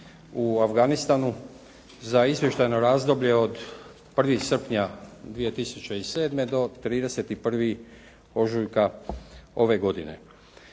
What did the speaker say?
u Afganistanu za izvještajno razdoblje od 1. srpnja 2007. do 31. ožujka ove godine.